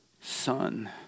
Son